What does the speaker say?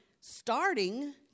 starting